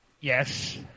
Yes